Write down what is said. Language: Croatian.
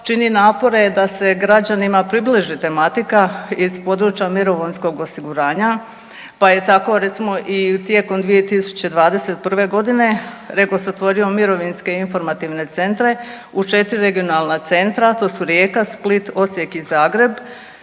čini napore da se građanima približi tematika iz područja mirovinskog osiguranja, pa je tako recimo i tijekom 2021. godine REGOS otvorio mirovinske informativne centre u 4 regionalna centra, to su Rijeka, Split, Osijek i Zagreb